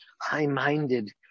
high-minded